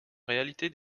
réalité